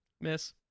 Miss